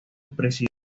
presidente